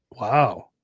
Wow